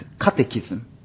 catechism